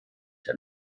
der